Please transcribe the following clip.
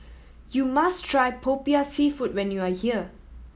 you must try Popiah Seafood when you are here